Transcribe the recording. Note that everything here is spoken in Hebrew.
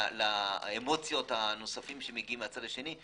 לאמוציות הנוספות שמגיעות מהצד השני.